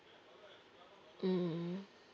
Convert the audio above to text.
mm